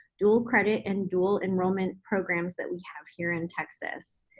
dual credit and dual enrollment programs that we have here in texas.